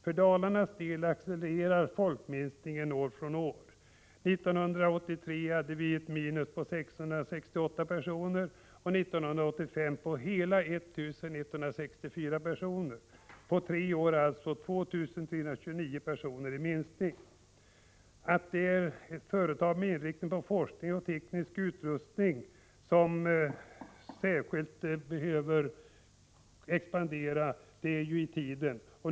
För Dalarnas del accelererar folkminskningen år från år. År 1983 hade vi ett minus på 668 personer och 1985 ett på 1 164 personer. På de tre åren 1983-1985 har minskningen uppgått till 2 329 personer. Att det är företag med inriktning på forskning och teknisk utveckling som särskilt expanderar ligger i tiden.